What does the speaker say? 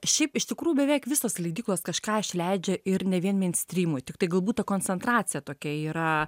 šiaip iš tikrųjų beveik visos leidyklos kažką išleidžia ir ne vien meinstrymui tiktai galbūt ta koncentracija tokia yra